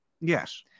Yes